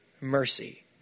mercy